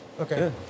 Okay